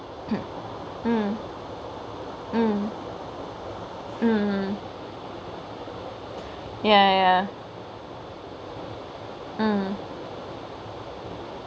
mm mm mm mm ya ya mm